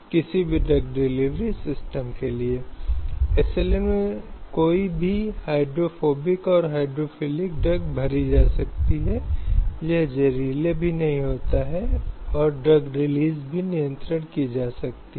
इसलिए किसी भी प्रकार के जबरन श्रम करने के लिए इंसानों की तस्करी नहीं की जा सकती है और न ही यह किया जाता है क्योंकि यह समाज में रहने वाले गरिमापूर्ण जीवन के आधार पर चलता है